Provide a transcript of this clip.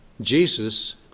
Jesus